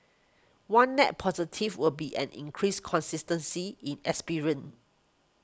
one net positive will be an increased consistency in experience